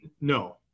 no